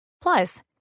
Plus